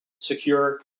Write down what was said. secure